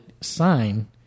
sign